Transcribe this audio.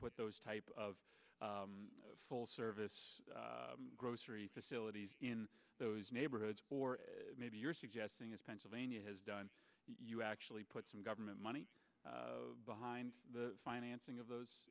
put those type of full service grocery facilities in those neighborhoods or maybe you're suggesting as pennsylvania has done you actually put some government money behind the financing of those